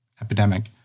epidemic